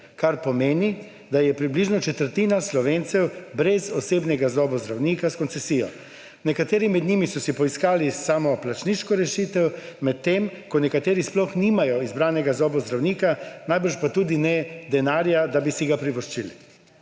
kar pomeni, da je približno četrtina Slovencev brez osebnega zobozdravnika s koncesijo. Nekateri med njimi so si poiskali samoplačniško rešitev, medtem ko nekateri sploh nimajo izbranega zobozdravnika, najbrž pa tudi ne denarja, da bi si ga privoščili.